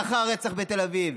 לאחר הרצח בתל אביב.